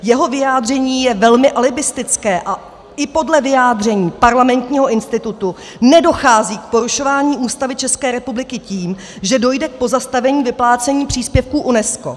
Jeho vyjádření je velmi alibistické a i podle vyjádření Parlamentního institutu nedochází k porušování Ústavy České republiky tím, že dojde k postavení vyplácení příspěvků UNESCO.